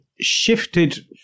shifted